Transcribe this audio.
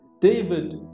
David